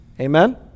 Amen